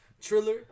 Triller